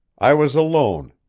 i was alone,